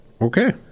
Okay